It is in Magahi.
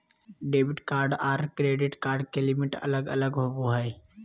डेबिट कार्ड आर क्रेडिट कार्ड के लिमिट अलग अलग होवो हय